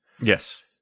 Yes